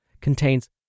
contains